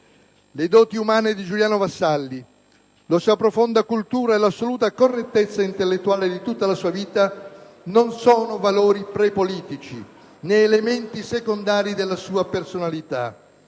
Le doti umane di Giuliano Vassalli, la sua profonda cultura e l'assoluta correttezza intellettuale di tutta la sua vita non sono valori prepolitici, né elementi secondari della sua personalità.